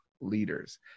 leaders